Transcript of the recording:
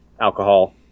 alcohol